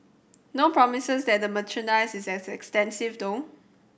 no promises that the merchandise is as extensive though